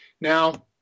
Now